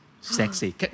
sexy